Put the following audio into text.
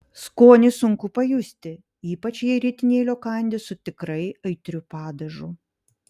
skonį sunku pajusti ypač jei ritinėlio kandi su tikrai aitriu padažu